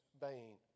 vain